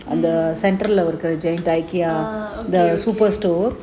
mm uh okay okay